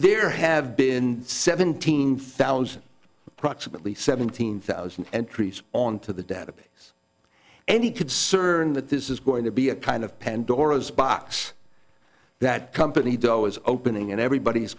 there have been seventeen thousand proximately seventeen thousand and trees on to the database any concern that this is going to be a kind of pandora's box that company dough is opening and everybody is